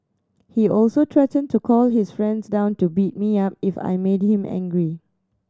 he also threatened to call his friends down to beat me up if I made him angry